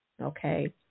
okay